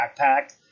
backpack